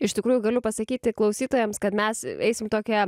iš tikrųjų galiu pasakyti klausytojams kad mes eisim tokia